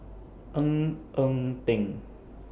Ng Eng Teng